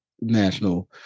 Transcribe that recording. national